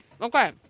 Okay